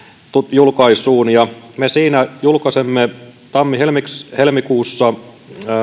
julkaisuun ja me siinä julkaisemme tammi helmikuussa